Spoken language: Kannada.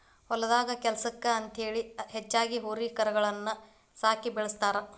ಹೊಲದಾಗ ಕೆಲ್ಸಕ್ಕ ಅಂತೇಳಿ ಹೆಚ್ಚಾಗಿ ಹೋರಿ ಕರಗಳನ್ನ ಸಾಕಿ ಬೆಳಸ್ತಾರ